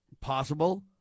Possible